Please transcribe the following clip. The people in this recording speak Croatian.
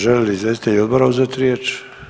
Žele li izvjestitelji odbora uzeti riječ?